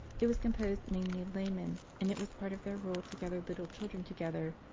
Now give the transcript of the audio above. it was composed mainly of laymen, and it was part of their rule to gather little children together,